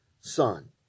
son